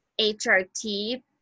HRT